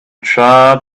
try